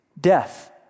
Death